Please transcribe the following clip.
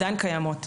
עדיין קיימות.